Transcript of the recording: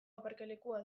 aparkalekua